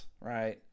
right